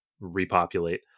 repopulate